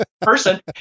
person